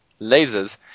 lasers